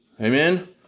Amen